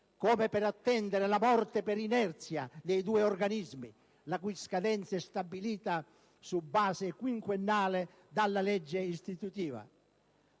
come per attendere la morte per inerzia dei due organismi, la cui scadenza è stabilita su base quinquennale dalla legge istitutiva.